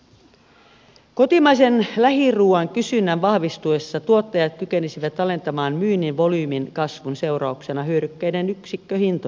kotimaisen lähiruuan kysynnän vahvistuessa tuottajat kykenisivät alentamaan myynnin volyymin kasvun seurauksena hyödykkeiden yksikköhintoja